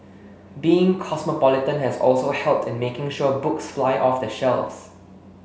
being cosmopolitan has also helped in making sure books fly off the shelves